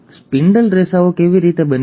spindle રેસાઓ કેવી રીતે બને છે